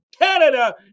Canada